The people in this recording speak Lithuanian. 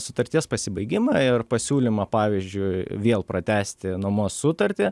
sutarties pasibaigimą ir pasiūlymą pavyzdžiui vėl pratęsti nuomos sutartį